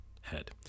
head